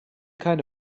keine